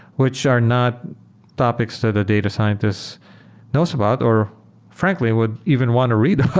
which are not topics that a data scientist knows about or frankly would even want to read